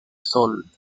sol